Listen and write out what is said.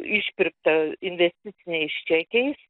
išpirkta investiciniais čekiais